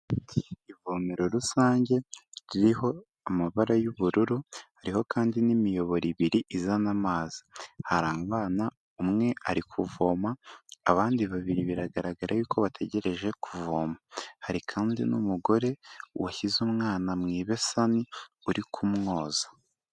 Ivomero rusange ririho amabara y'ubururu, hariho kandi n'imiyoboro ibiri izana amazi. Hari abana umwe ari kuvoma, abandi babiri biragaragara yuko bategereje kuvoma. Hari kandi n'umugore washyize umwana mu ibesani uri kumwoza.